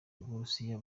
uburusiya